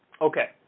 Okay